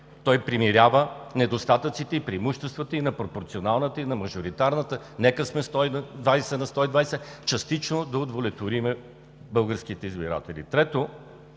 той примирява недостатъците и преимуществата на пропорционалната и на мажоритарната система, нека сме 120 на 120, частично да удовлетворим българските избиратели. Трето,